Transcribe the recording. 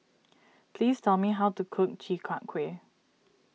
please tell me how to cook Chi Kak Kuih